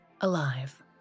alive